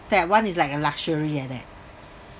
that one is like a luxury like that